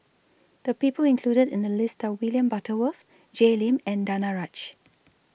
The People included in The list Are William Butterworth Jay Lim and Danaraj